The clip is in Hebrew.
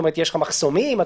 יש מחסומים,